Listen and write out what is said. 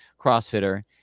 crossfitter